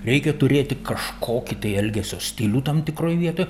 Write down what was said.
reikia turėti kažkokį tai elgesio stilių tam tikroj vietoj